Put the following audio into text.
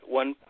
one